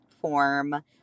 form